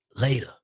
later